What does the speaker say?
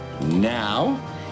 now